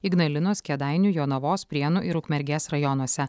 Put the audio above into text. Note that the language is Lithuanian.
ignalinos kėdainių jonavos prienų ir ukmergės rajonuose